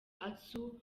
atsu